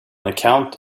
account